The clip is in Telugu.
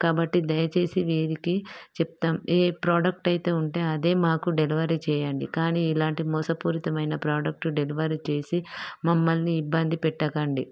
కాబట్టి దయచేసి వీరికి చెప్తాం ఏ ప్రోడక్ట్ అయితే ఉంటే అదే మాకు డెలివరీ చేయండి కానీ ఇలాంటి మోసపూరితమైన ప్రోడక్టు డెలివరీ చేసి మమ్మల్ని ఇబ్బంది పెట్టకండి